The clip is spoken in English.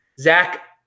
Zach